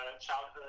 childhood